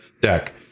deck